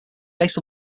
based